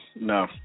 No